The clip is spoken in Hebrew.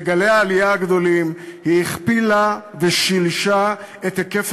בגלי העלייה הגדולים היא הכפילה ושילשה את היקף